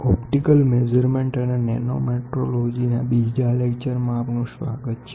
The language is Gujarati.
ઓપ્ટિકલ મેઝરમેન્ટ અને નેનો મેટ્રોલોજી ના બીજા લેક્ચર માં આપનું સ્વાગત છે